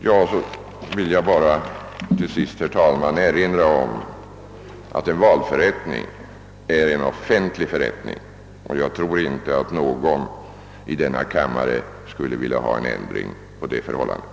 Jag vill bara till sist, herr talman, erinra om att en valförrättning är en offentlig förrättning, och jag tror inte att någon i denna kammare skulle vilja ha en ändring på det förhållandet.